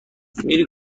میری